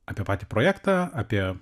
apie patį projektą apie